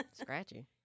Scratchy